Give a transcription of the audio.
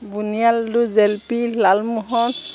বন্দিয়া laddu jalebi লালমোহত